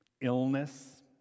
illness